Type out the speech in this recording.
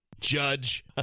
judge